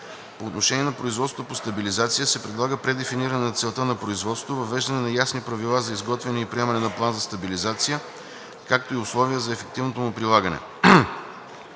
По отношение на производството по стабилизация се предлага предефиниране на целта на производството, въвеждане на ясни правила за изготвяне и приемане на план за стабилизация, както и условия за ефективното му прилагане.